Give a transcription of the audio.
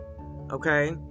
Okay